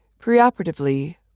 preoperatively